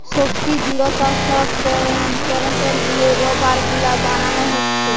শক্তি, দৃঢ়তা সব ক্যারেক্টার লিয়ে রাবার গুলা বানানা হচ্ছে